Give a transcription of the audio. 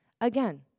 Again